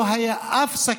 לא היו סכנה,